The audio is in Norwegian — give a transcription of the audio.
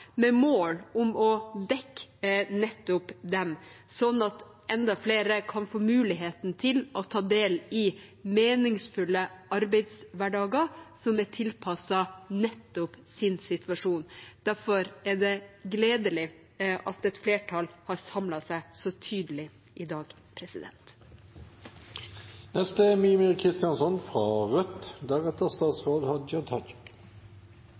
med mål om å dekke nettopp dem slik at enda flere kan få muligheten til å ta del i meningsfulle arbeidshverdager, som er tilpasset nettopp deres situasjon. Derfor er det gledelig at et flertall har samlet seg så tydelig i dag.